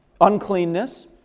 uncleanness